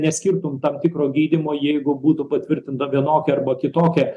neskirtum tam tikro gydymo jeigu būtų patvirtinta vienokia arba kitokia